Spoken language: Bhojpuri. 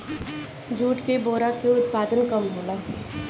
जूट के बोरा के उत्पादन कम होला